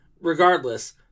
regardless